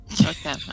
Okay